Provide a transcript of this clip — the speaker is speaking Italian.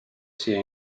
sia